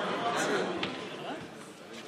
חבריי חברי הכנסת, כבוד השר, שוב,